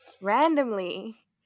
randomly